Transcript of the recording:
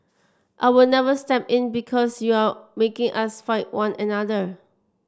I will never step in because you are making us fight one another